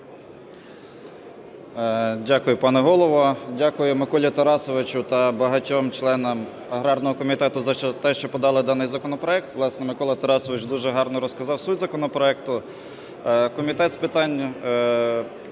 Дякую, пане Голово! Дякую Миколі Тарасовичу та багатьом членам аграрного комітету зате, що подали даний законопроект. Власне Микола Тарасович дуже гарно розказав суть законопроекту. Комітет з питань